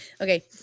Okay